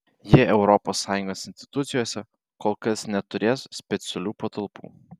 jie europos sąjungos institucijose kol kas neturės specialių patalpų